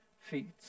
feet